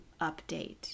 update